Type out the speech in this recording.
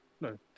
No